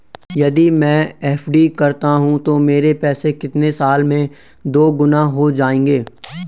यदि मैं एफ.डी करता हूँ तो मेरे पैसे कितने साल में दोगुना हो जाएँगे?